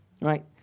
right